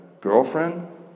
girlfriend